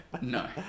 no